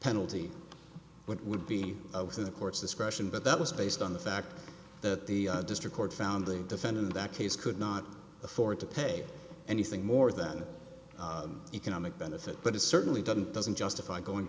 penalty what would be to the court's discretion but that was based on the fact that the district court found the defendant in that case could not afford to pay anything more than economic benefit but it certainly doesn't doesn't justify going